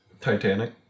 Titanic